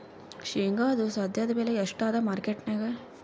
ಶೇಂಗಾದು ಸದ್ಯದಬೆಲೆ ಎಷ್ಟಾದಾ ಮಾರಕೆಟನ್ಯಾಗ?